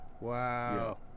Wow